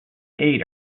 eight